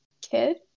kid